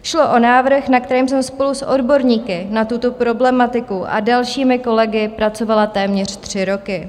Šlo o návrh, na kterém jsem spolu s odborníky na tuto problematiku a dalšími kolegy pracovala téměř tři roky.